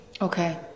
Okay